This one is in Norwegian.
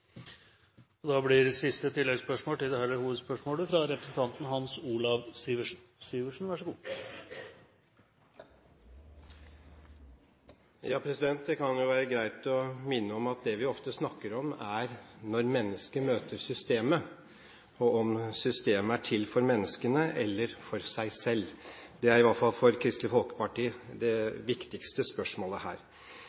Hans Olav Syversen – til siste oppfølgingsspørsmål. Det kan jo være greit å minne om at det vi ofte snakker om, er når mennesker møter systemet – om systemet er til for menneskene eller for seg selv. Det er i hvert fall for Kristelig Folkeparti det